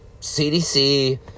CDC